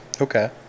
Okay